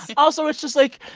also, it's just, like,